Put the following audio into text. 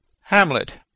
Hamlet